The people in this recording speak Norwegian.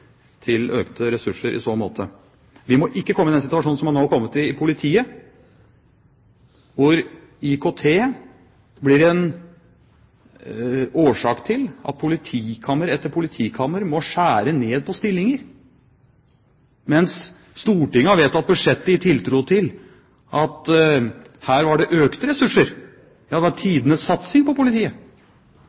til økte ressurser i så måte. Vi må ikke komme i den situasjonen som man nå har kommet i i politiet, hvor IKT blir en årsak til at politikammer etter politikammer må skjære ned på stillinger, mens Stortinget har vedtatt budsjettet i den tro at her var det økte ressurser – ja det var tidenes satsing på politiet.